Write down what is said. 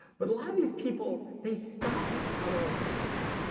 but a lot of these people they stop at power over people